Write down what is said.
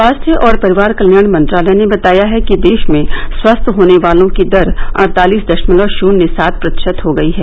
स्वास्थ्य और परिवार कल्याण मंत्रालय ने बताया है कि देश में स्वस्थ होने वालों की दर अड़तालीस दशमलव शृन्य सात प्रतिशत हो गई है